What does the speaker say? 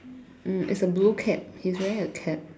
um it's a blue cap he's wearing a cap